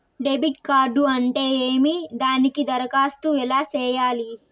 debit card అంటే ఏమి దానికి దరఖాస్తు ఎలా సేయాలి